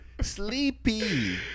Sleepy